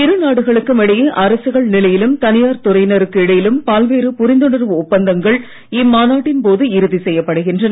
இருநாடுகளுக்கும் இடையே அரசுகள் நிலையிலும் தனியார் துறையினருக்கு இடையிலும் பல்வேறு புரிந்துணர்வு ஒப்பந்தங்கள் இம்மாநாட்டின் போது இறுதி செய்யப்படுகின்றன